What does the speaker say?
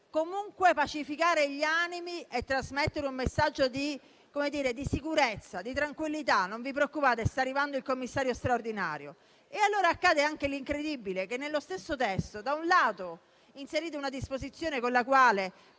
comunque pacificare gli animi e trasmettere un messaggio di sicurezza e di tranquillità: non vi preoccupate, sta arrivando il commissario straordinario. E allora accade anche l'incredibile, cioè che nello stesso testo, da un lato, inserite una disposizione con la quale